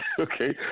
okay